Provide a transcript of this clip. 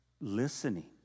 listening